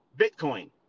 Bitcoin